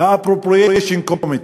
ה-Appropriation Committee,